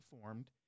formed